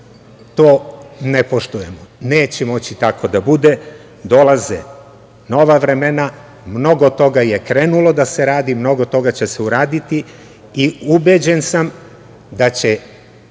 to ne poštujemo. Neće moći tako da bude dolaze nova vremena, mnogo toga je krenulo da se radi, mnogo toga će se uraditi i ubeđen sam da će